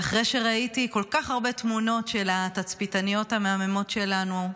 ואחרי שראיתי כל כך הרבה תמונות של התצפיתניות המהממות שלנו,